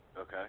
Okay